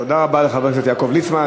תודה רבה לחבר הכנסת יעקב ליצמן.